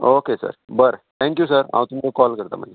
okay sir बरें thank you sir हांव तुमकां कॉल करता मागीर